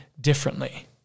differently